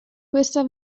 questa